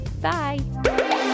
bye